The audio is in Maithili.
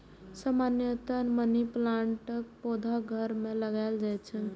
सामान्यतया मनी प्लांटक पौधा घर मे लगाएल जाइ छै